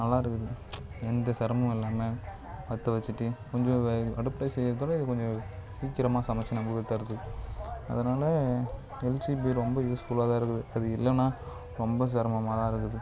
நல்லா இருக்குது எந்த சிரமமும் இல்லாம பற்ற வச்சிவிட்டு கொஞ்சம் வே அடுப்புல செய்யிறதோட இது கொஞ்சம் சீக்கிரமாக சமைச்சி நம்பளுக்கு தருது அதனால் எல்ஜிபி ரொம்ப யூஸ்ஃபுல்லாக தான் இருக்குது அது இல்லைனா ரொம்ப சிரமமா தான் இருக்குது